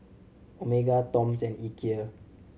Omega Toms and Ikea